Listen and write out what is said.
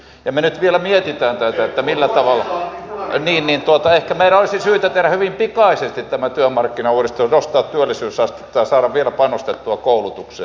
ja kun me nyt vielä mietimme tätä että millä tavalla niin ehkä meidän olisi syytä tehdä hyvin pikaisesti tämä työmarkkinauudistus nostaa työllisyysastetta ja saada vielä panostettua koulutukseen